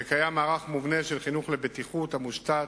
וקיים מערך מובנה של חינוך לבטיחות, המושתת